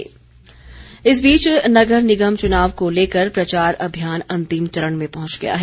भाजपा कांग्रेस इस बीच नगर निगम चुनाव को लेकर प्रचार अभियान अंतिम चरण में पहुंच गया है